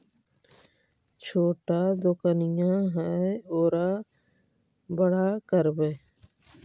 छोटा दोकनिया है ओरा बड़ा करवै?